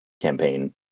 campaign